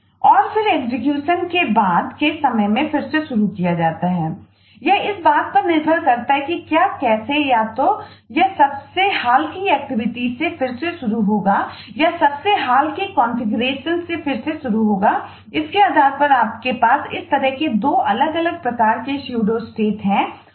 और फिर एग्जीक्यूशन का हिस्सा हैं